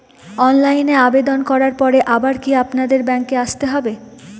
অনলাইনে আবেদন করার পরে আবার কি আপনাদের ব্যাঙ্কে আসতে হবে?